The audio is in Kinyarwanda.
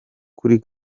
kuri